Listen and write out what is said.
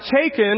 taken